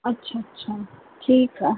अछा अछा ठीकु आहे